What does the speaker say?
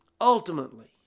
ultimately